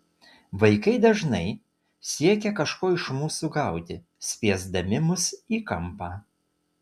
vaikai dažnai siekia kažko iš mūsų gauti spiesdami mus į kampą